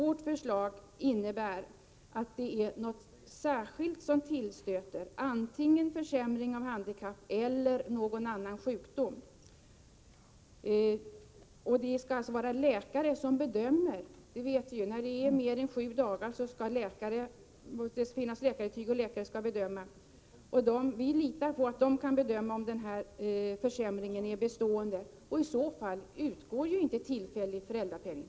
Vårt förslag gäller när någonting särskilt tillstöter, antingen försämring av ett handikapp eller någon annan sjukdom. Om sjukdomen varar mer än sju dagar skall det finnas läkarintyg och en läkare skall bedöma om försämringen är bestående. I så fall utgår ju inte tillfällig föräldrapenning.